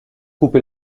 couper